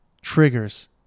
triggers